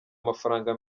amafaranga